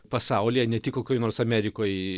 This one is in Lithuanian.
pasaulyje ne tik kokioj nors amerikoj